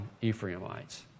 Ephraimites